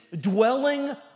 dwelling